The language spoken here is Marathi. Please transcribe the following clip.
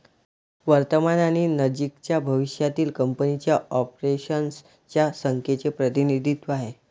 वर्तमान आणि नजीकच्या भविष्यातील कंपनीच्या ऑपरेशन्स च्या संख्येचे प्रतिनिधित्व आहे